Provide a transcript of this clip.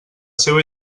seva